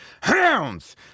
Hounds